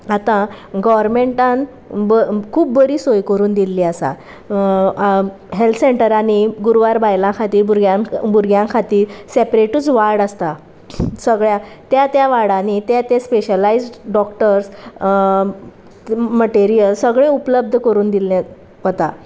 आतां गवर्नमेंटान खूब बरी सोय करून दिल्ली आसा हेल्थ सेंटरांनी गुरवार बायलां खातीर भुरग्यां भुरग्यां खातीर सेपरेटूच वर्ड आसता सगळ्या त्या त्या वार्डांनी त्या त्या स्पेशलायज्ड डॉक्टर्स मटेरियल सगळें उपलब्ध करून दिल्लें वता